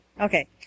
Okay